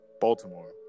Baltimore